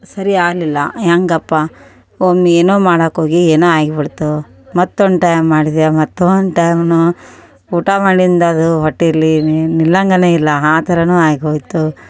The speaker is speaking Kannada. ಸರಿ ಆಗಲಿಲ್ಲ ಹೇಗಪ್ಪ ಒಮ್ಮೆ ಏನೋ ಮಾಡೋಕೋಗಿ ಏನೋ ಆಗಿ ಬಿಡ್ತು ಮತ್ತೊಂದು ಟೈಮ್ ಮಾಡಿದೆ ಮತ್ತೊಂದು ಟೈಮ್ನೂ ಊಟ ಮಾಡಿದ್ದು ಅದು ಹೊಟ್ಟೆಯಲ್ಲಿ ನಿಲ್ಲೊಂಗೇನೆ ಇಲ್ಲ ಆ ಥರನೂ ಆಗಿ ಹೋಯಿತು